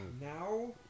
Now